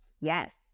Yes